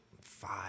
five